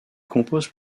compose